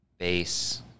base